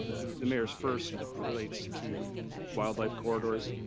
the mayor's first relates to wildlife corridors.